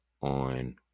on